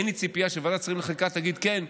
אין לי ציפייה שוועדת שרים לחקיקה תגיד: כן,